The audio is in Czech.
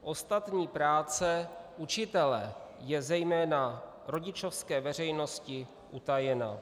Ostatní práce učitele je zejména rodičovské veřejnosti utajena.